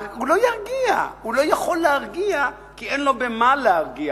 הוא לא יכול להרגיע כי אין לו במה להרגיע.